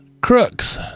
Crooks